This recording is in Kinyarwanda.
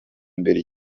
imbere